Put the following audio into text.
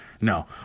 no